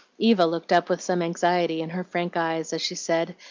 eva looked up with some anxiety in her frank eyes as she said,